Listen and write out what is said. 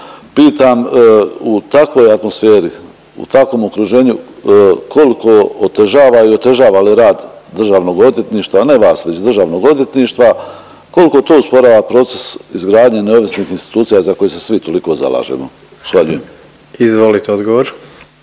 Pitam u takvoj atmosferi, u takvom okruženju koliko otežava i otežava li rad državnog odvjetništva ne vas iz državnog odvjetništva, koliko to usporava proces izgradnje neovisnih institucija za koje se svi toliko zalažemo? Zahvaljujem. **Jandroković,